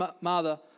mother